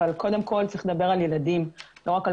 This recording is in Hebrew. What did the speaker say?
קודם כל צריך לדבר על ילדים לא רק על